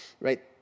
right